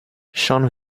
schon